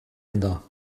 ynddo